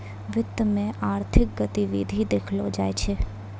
वित्त मे आर्थिक गतिविधि देखलो जाय छै